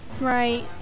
Right